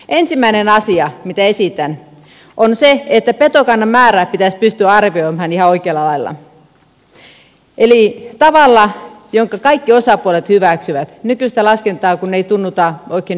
ensimmäinen asia mitä esitän on se että petokannan määrää pitäisi pystyä arvioimaan ihan oikealla lailla eli tavalla jonka kaikki osapuolet hyväksyvät nykyistä laskentaa kun ei tunnuta oikein hyväksyttävän